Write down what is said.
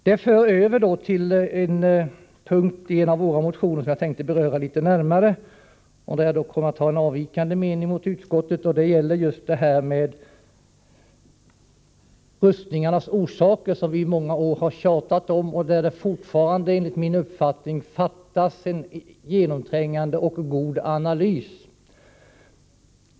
Detta för över till en punkt i en av våra motioner som jag tänkte beröra litet närmare och där jag kommer att ha en avvikande mening gentemot utskottet. Det gäller rustningarnas orsaker, som vi i många år har tjatat om. Där fattas det fortfarande enligt min mening en genomträngande och god analys.